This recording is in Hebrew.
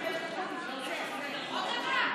החוק שלך.